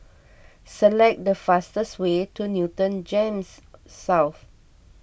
select the fastest way to Newton Gems South